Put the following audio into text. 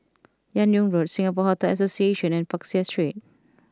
Fan Yoong Road Singapore Hotel Association and Peck Seah Street